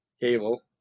Cable